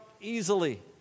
easily